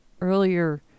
earlier